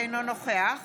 אינו נוכח